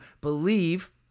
believe